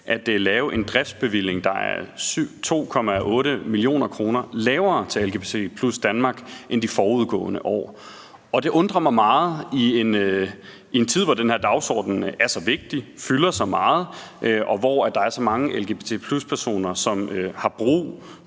at lave en driftsbevilling, der er 2,8 mio. kr. lavere til LGBT+ Danmark end de forudgående år. Det undrer mig meget i en tid, hvor den her dagsorden er så vigtig og fylder så meget, og hvor der er så mange lgbt+-personer, som har brug